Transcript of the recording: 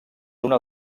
una